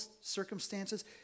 circumstances